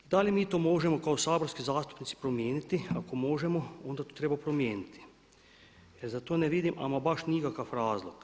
Da li mi to možemo kao saborski zastupnici promijeniti, ako možemo onda to treba promijeniti jer za to ne vidim ama baš nikakav razlog.